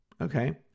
okay